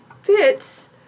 fits